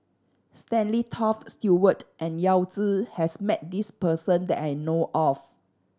Stanley Toft Stewart and Yao Zi has met this person that I know of